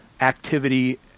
activity